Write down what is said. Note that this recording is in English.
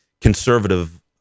conservative